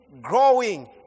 growing